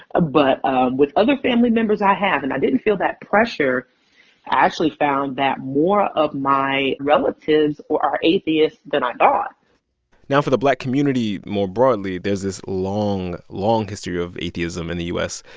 but um with other family members, i have. and i didn't feel that pressure. i actually found that more of my relatives are atheists than i thought now, for the black community more broadly, there's this long, long history of atheism in the u s.